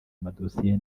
amadosiye